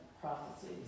prophecies